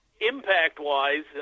impact-wise